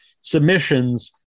submissions